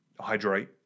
hydrate